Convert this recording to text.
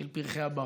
של פרחי הבר.